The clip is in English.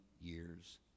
years